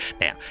Now